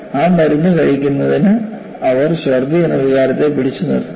ആ മരുന്ന് കഴിക്കുന്നതിന് അവർ ഛർദ്ദി എന്ന വികാരത്തെ പിടിച്ചു നിർത്തുന്നു